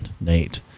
Nate